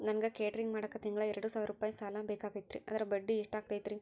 ನನಗ ಕೇಟರಿಂಗ್ ಮಾಡಾಕ್ ತಿಂಗಳಾ ಎರಡು ಸಾವಿರ ರೂಪಾಯಿ ಸಾಲ ಬೇಕಾಗೈತರಿ ಅದರ ಬಡ್ಡಿ ಎಷ್ಟ ಆಗತೈತ್ರಿ?